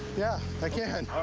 yeah. i can.